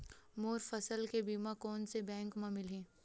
मोर फसल के बीमा कोन से बैंक म मिलही?